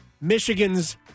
Michigan's